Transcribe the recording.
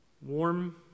warm